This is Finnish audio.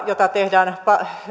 jota tehdään